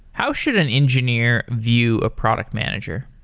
how should an engineer view a product manager?